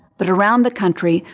but around the country,